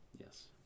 Yes